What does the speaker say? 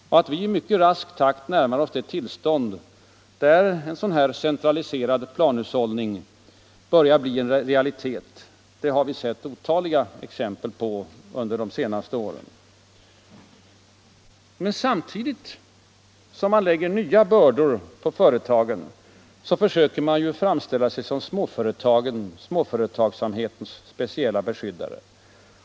Och att vi i mycket rask takt närmar oss det tillstånd där en sådan här centraliserad planhushållning börjat bli en realitet har vi sett otaliga exempel på under de senaste åren. Men samtidigt som man lägger nya bördor på företagen söker man framställa sig som småföretagsamhetens speciella beskyddare.